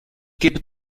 gebe